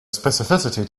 specificity